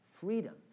freedom